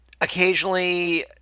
Occasionally